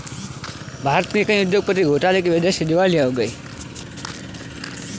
भारत के कई उद्योगपति घोटाले की वजह से दिवालिया हो गए हैं